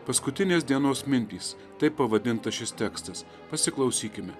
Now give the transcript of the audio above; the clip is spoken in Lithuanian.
paskutinės dienos mintys taip pavadintas šis tekstas pasiklausykime